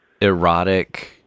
erotic